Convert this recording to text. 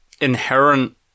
inherent